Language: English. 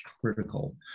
critical